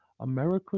America